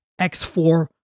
X4